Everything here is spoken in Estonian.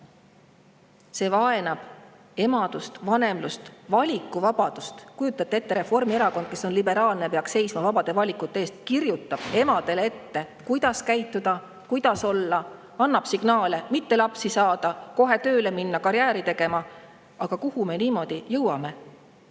See vaenab emadust, vanemlust, valikuvabadust. Kujutate ette, Reformierakond, kes on liberaalne ja peaks seisma vabade valikute eest, kirjutab emadele ette, kuidas käituda, kuidas olla, annab signaale mitte lapsi saada! Tuleb kohe tööle minna karjääri tegema! Aga kuhu me niimoodi jõuame?